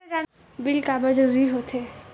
Bill काबर जरूरी होथे?